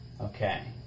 okay